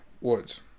Woods